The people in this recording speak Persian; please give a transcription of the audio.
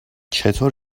چطور